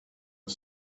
the